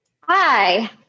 Hi